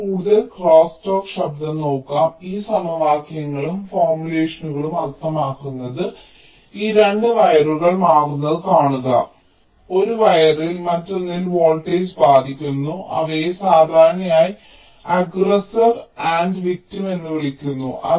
നമുക്ക് കൂടുതൽ ക്രോസ്സ്റ്റാക്ക് ശബ്ദം നോക്കാം ഈ സമവാക്യങ്ങളും ഫോർമുലേഷനുകളും അർത്ഥമാക്കുന്നത് ഈ 2 വയറുകൾ മാറുന്നത് കാണുക ഒരു വയറിൽ മറ്റൊന്നിൽ വോൾട്ടേജ് ബാധിക്കുന്നു അവയെ സാധാരണയായി അഗ്ഗ്രെസ്സർ ആൻഡ് വിക്ടിം എന്ന് വിളിക്കുന്നു